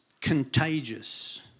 contagious